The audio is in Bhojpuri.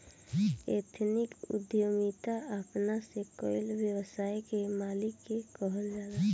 एथनिक उद्यमिता अपना से कईल व्यवसाय के मालिक के कहल जाला